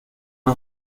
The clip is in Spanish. una